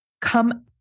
come